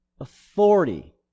authority